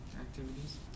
activities